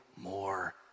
more